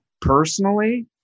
personally